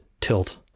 tilt